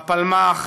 בפלמ"ח,